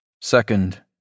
Second